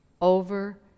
over